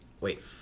Wait